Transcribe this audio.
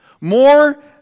More